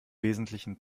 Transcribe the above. wesentlichen